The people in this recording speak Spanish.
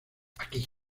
aquí